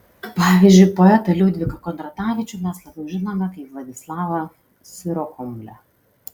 pavyzdžiui poetą liudviką kondratavičių mes labiau žinome kaip vladislavą sirokomlę